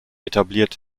etabliert